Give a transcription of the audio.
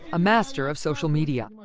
a master of social media.